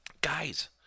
Guys